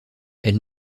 elle